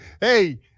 hey